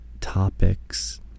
topics